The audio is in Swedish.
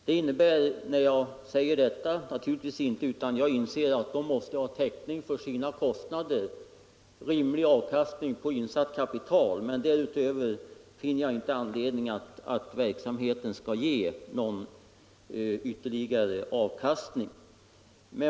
Det innebär naturligtvis inte att jag inte inser att de måste ha täckning för sina kostnader och rimlig avkastning på insatt kapital, men därutöver finner jag inte anledning att verksamheten skall ge någon ytterligare avkastning.